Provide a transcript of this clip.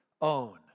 own